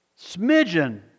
smidgen